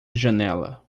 janela